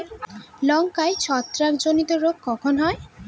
লঙ্কায় ছত্রাক জনিত রোগ কখন হয়?